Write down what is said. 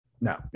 no